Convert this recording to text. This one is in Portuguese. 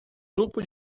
grupo